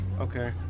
Okay